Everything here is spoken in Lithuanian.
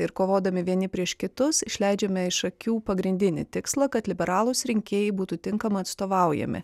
ir kovodami vieni prieš kitus išleidžiame iš akių pagrindinį tikslą kad liberalūs rinkėjai būtų tinkamai atstovaujami